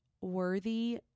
worthy